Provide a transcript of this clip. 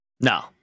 No